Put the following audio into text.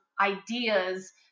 ideas